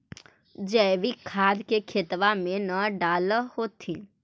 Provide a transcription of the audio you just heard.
जैवीक खाद के खेतबा मे न डाल होथिं?